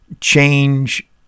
change